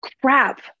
crap